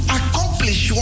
accomplish